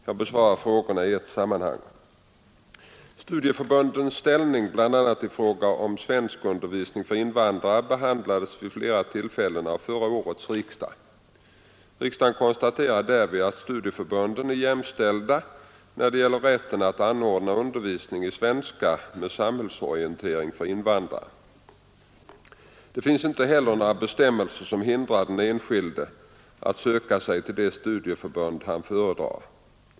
Jag besvarar frågorna i ett sammanhang. invandrare behandlades vid flera tillfällen av förra årets riksdag. Riksdagen konstaterade därvid att studieförbunden är jämställda när det gäller rätten att anordna undervisning i svenska med samhällsorientering för invandrare. Det finns inte heller några bestämmelser som hindrar den enskilde att söka sig till det studieförbund han föredrar.